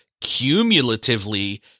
cumulatively